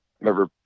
remember